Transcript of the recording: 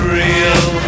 real